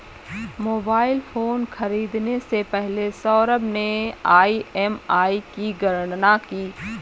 mobile phone खरीदने से पहले सौरभ ने ई.एम.आई की गणना की